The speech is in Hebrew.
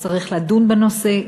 צריך לדון בנושא,